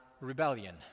rebellion